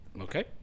Okay